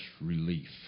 relief